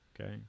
Okay